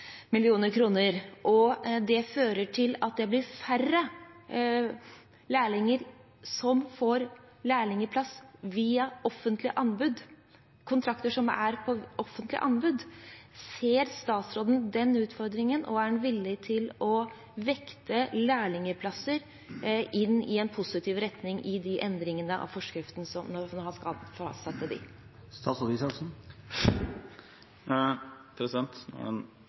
at det blir færre lærlinger som får lærlingplass via kontrakter som er på offentlige anbud. Ser statsråden den utfordringen, og er han villig til å vekte lærlingplasser inn i en positiv retning når han skal fastsette de endringene i forskriften?